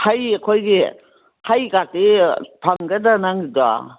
ꯍꯩ ꯑꯩꯈꯣꯏꯒꯤ ꯍꯩꯒꯥꯗꯤ ꯐꯪꯒꯗ꯭ꯔꯥ ꯅꯪꯗꯣ